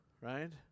right